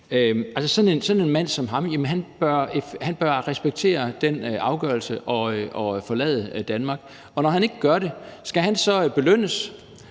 sådan en mand som ham respektere den afgørelse og forlade Danmark. Og når han ikke gør det, skal han så belønnes